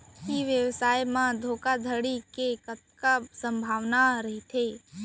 ई व्यवसाय म धोका धड़ी के कतका संभावना रहिथे?